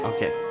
Okay